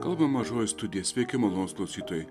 kalba mažoji studija sveiki malonūs klausytojai